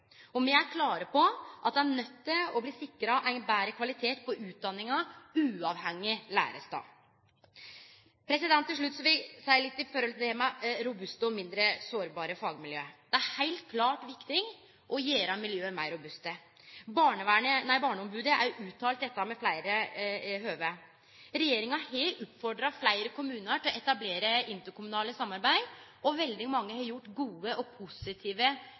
Me er klare på at ein er nøydd til å bli sikra ein betre kvalitet på utdanninga, uavhengig av lærestad. Til slutt vil eg seie litt til det med robuste og mindre sårbare fagmiljø. Det er heilt klart viktig å gjere miljøa meir robuste. Barneombodet har uttalt dette ved fleire høve. Regjeringa har oppfordra fleire kommunar til å etablere interkommunale samarbeid, og veldig mange har gjort gode og positive